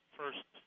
first